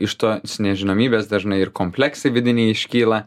iš to nežinomybės dažnai ir kompleksai vidiniai iškyla